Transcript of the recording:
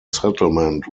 settlement